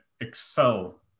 excel